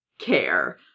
care